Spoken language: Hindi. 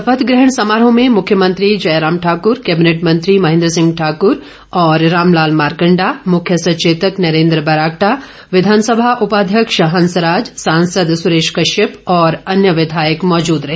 शपथ ग्रहण समरोह में मुख्यमंत्री जयराम ठाकूर कैबिनेट मंत्री महेंद्र सिंह ठाकूर और रामलाल मारकंडा मुख्य सचेतक नरेंद्र बरागटा विघानसभा उपाध्यक्ष हंसराज सांसद सुरेश कश्यप और अन्य विघायक मौजूद रहे